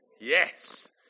Yes